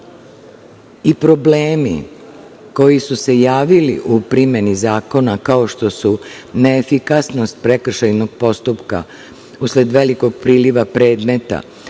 i problemi koji su se javili u primeni zakona, kao što su neefikasnost prekršajnog postupka usled velikog priliva predmeta,